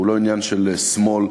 הוא לא עניין של שמאל,